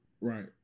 Right